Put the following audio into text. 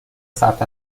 ثبت